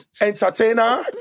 entertainer